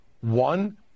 One